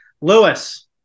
Lewis